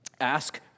Ask